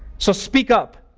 so speak up.